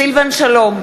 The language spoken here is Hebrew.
סילבן שלום,